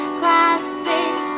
classic